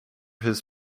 his